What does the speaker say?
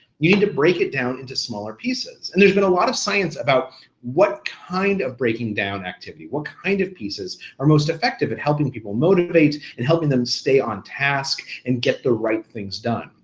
you to break it down into smaller pieces. and there's been a lot of science about what kind of breaking down activity, what kind of pieces are most effective at helping people motivate and helping them stay on task, and get the right things done.